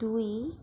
দুই